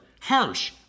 harsh